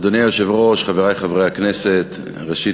אדוני היושב-ראש, חברי חברי הכנסת, ראשית,